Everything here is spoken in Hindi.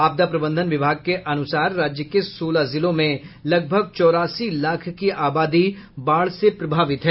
आपदा प्रबंधन विभाग के अनुसार राज्य के सोलह जिलों में लगभग चौरासी लाख की आबादी बाढ़ से प्रभावित हैं